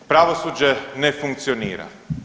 Pravosuđe ne funkcionira.